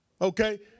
Okay